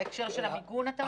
בהקשר של המיגון אתה אומר?